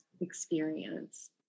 experience